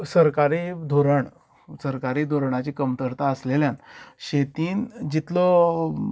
सरकारी धोरण सरकारी धोरणाची कमतर्ता आसलेल्यान शेतीन जितलो